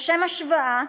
לשם השוואה,